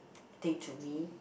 thing to me